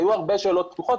היו הרבה שאלות פתוחות.